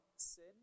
sin